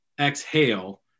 exhale